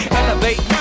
elevate